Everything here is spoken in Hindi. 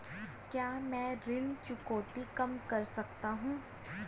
क्या मैं ऋण चुकौती कम कर सकता हूँ?